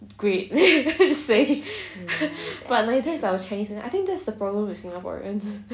great but like that's our chinese man I think that's the problem with singaporeans